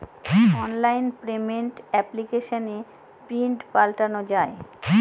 online payment এপ্লিকেশনে pin পাল্টানো যায়